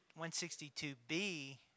162B